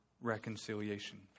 reconciliation